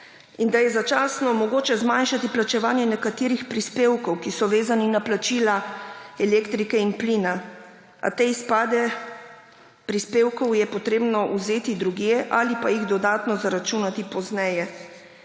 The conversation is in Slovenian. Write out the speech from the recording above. In da je začasno mogoče zmanjšati plačevanje nekaterih prispevkov, ki so vezani na plačila elektrike in plina, a te izpade prispevkov je treba vzeti drugje ali pa jih dodatno zaračunati pozneje.